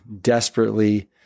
desperately